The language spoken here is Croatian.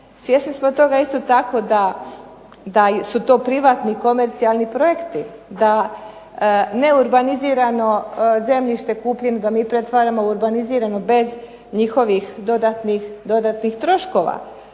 Svjesni smo isto tako da su to privatni komercijalni projekti, da ne urbanizirano zemljište kupljeno da mi pretvaramo u urbanizirano bez njihovih dodatnih troškova.